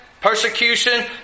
persecution